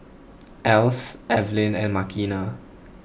Else Evelyn and Makena